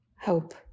hope